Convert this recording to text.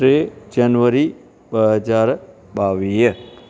ट्रे जनवरी ॿ हज़ार ॿावीह